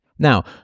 Now